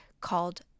called